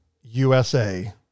usa